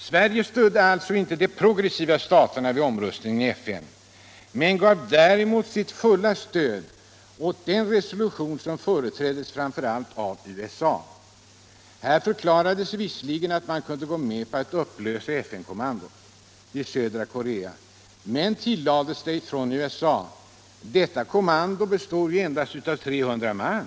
Sverige stödde alltså inte de progressiva staterna vid omröstningen i FN men gav däremot sitt fulla stöd åt den resolution som företräddes framför allt av USA. Här förklarades visserligen att man kunde gå med på att upplösa ”FN-kommandot” i södra Korea, men -— tillades det från USA -—- detta kommando består endast av 300 man.